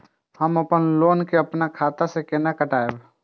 हम अपन लोन के अपन खाता से केना कटायब?